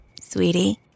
Sweetie